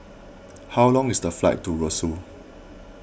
how long is the flight to Roseau